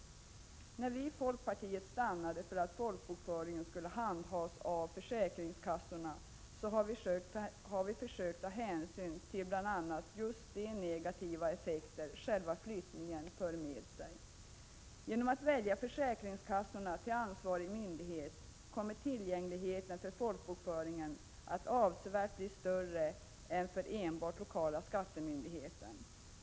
Sedan vi i folkpartiet kommit fram till att folkbokföringen skall handhas av försäkringskassorna har vi försökt ta hänsyn till bl.a. just de negativa effekter som själva flyttningen för med sig. Genom att välja försäkringskassorna som ansvarig myndighet kommer tillgängligheten till folkbokföringen att bli avsevärt större än för enbart lokala skattemyndigheten.